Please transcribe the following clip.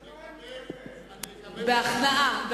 בהכנעה.